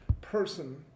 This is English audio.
person